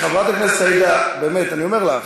חברת הכנסת עאידה, באמת, אני אומר לך,